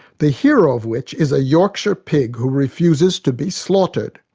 the hero of which is a yorkshire pig who refuses to be slaughtered.